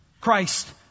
Christ